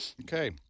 Okay